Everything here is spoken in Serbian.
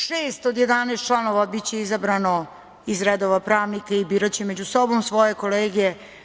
Šest od 11 članova biće izabrano iz redova pravnika i biraće među sobom svoje kolege.